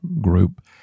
Group